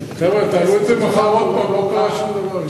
חבר'ה, תעלו את זה מחר עוד פעם, לא קרה שום דבר.